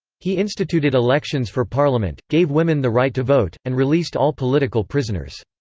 he instituted elections for parliament, gave women the right to vote, and released all political prisoners.